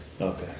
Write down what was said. okay